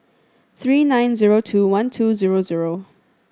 three nine zero two one two zero zero